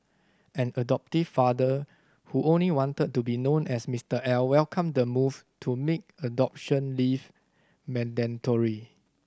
an adoptive father who only wanted to be known as Mister L welcomed the move to make adoption leave mandatory